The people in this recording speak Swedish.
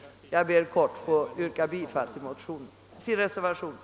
Jag ber att få yrka bifall till reservationen.